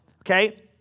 Okay